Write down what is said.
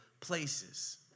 places